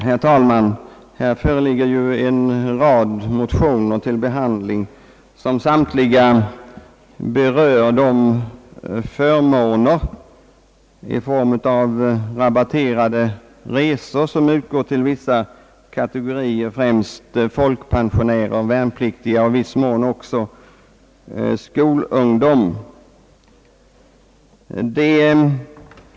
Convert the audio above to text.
Herr talman! Här föreligger ju till behandling en rad motioner som samt liga gäller de förmåner i form av rabatterade resor vilka utgår till vissa kategorier, främst = folkpensionärer, värnpliktiga och i viss mån även skolungdom.